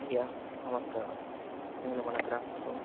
అయ్యా నమస్కారం నేను మన గ్రామంలో